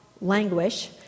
languish